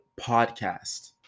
Podcast